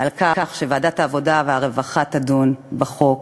על כך שוועדת העבודה והרווחה תדון בחוק